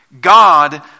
God